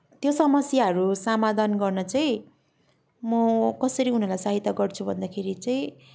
त्यो समस्याहरू समाधान गर्न चाहिँ म कसरी उनीहरूलाई सहायता गर्छु भन्दाखेरि चाहिँ